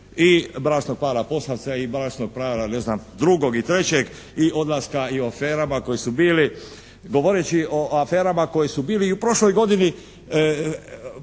i bračnog para Posavec i bračnog para drugog i trećeg i odlaska, i o aferama koje su bile. Govoreći o aferama koje su bile i u prošloj godini